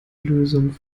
lösung